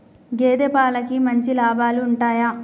గేదే పాలకి మంచి లాభాలు ఉంటయా?